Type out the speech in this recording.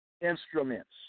instruments